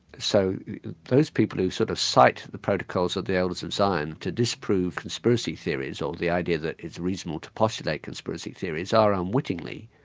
so those people who sort of cite the protocols of the elders of zion to disprove conspiracy theories, or the idea that it's reasonable to postulate conspiracy theories, are unwittingly,